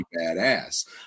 badass